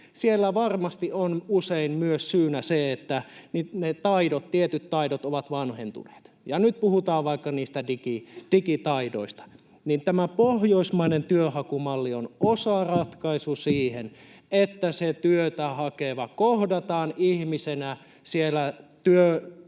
Siellä varmasti on usein myös syynä se, että ne taidot, tietyt taidot ovat vanhentuneet. Nyt kun puhutaan vaikka niistä digitaidoista, niin tämä pohjoismainen työnhakumalli on osaratkaisu siihen, että työtä hakeva kohdataan ihmisenä siellä